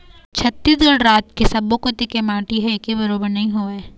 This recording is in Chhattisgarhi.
छत्तीसगढ़ राज के सब्बो कोती के माटी ह एके बरोबर नइ होवय